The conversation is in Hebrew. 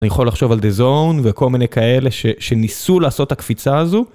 אני יכול לחשוב על The Zone וכל מיני כאלה שניסו לעשות הקפיצה הזו.